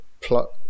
plot